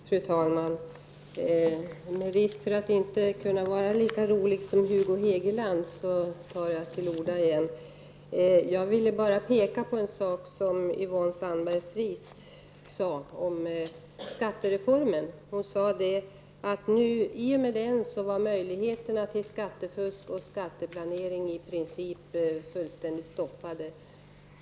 Fru talman! Med risk att inte kunna vara lika rolig som Hugo Hegeland tar jag på nytt till orda. Jag vill bara att ta upp en sak som Yvonne Sandberg-Fries sade om skattereformen. Hon sade att i och med genomförandet av reformen var möjligheterna till skattefusk och skatteplanering i princip fullständigt stoppade.